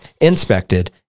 inspected